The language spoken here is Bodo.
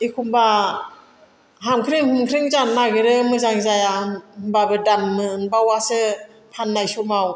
एखमब्ला हामख्रेम हुमख्रेम जानो नागिरो मोजां जाया होमब्लाबो दाम मोनबावासो फाननाय समाव